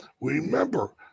Remember